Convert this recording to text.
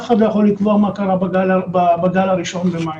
אף אחד לא יכול לקבוע מה קרה בגל הראשון במאי.